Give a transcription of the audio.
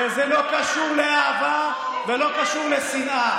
וזה לא קשור לאהבה ולא קשור לשנאה.